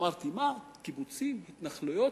אמרתי: מה, קיבוצים, התנחלויות?